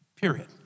period